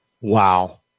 Wow